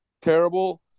terrible